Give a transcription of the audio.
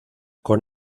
con